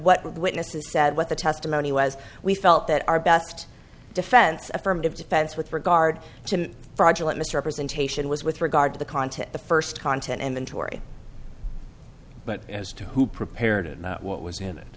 what witnesses said what the testimony was we felt that our best defense affirmative defense with regard to fraudulent misrepresentation was with regard to the content the first content and then tori but as to who prepared it and what was in it